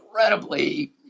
incredibly